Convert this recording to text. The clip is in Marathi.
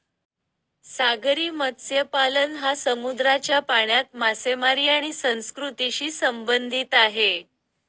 सागरी मत्स्यपालन हा समुद्राच्या पाण्यात मासेमारी आणि संस्कृतीशी संबंधित आहे